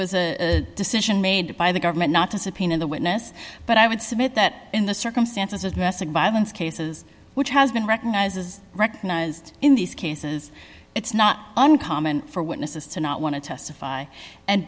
was a decision made by the government not to subpoena the witness but i would submit that in the circumstances message by those cases which has been recognized as recognized in these cases it's not uncommon for witnesses to not want to testify and